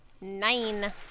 nine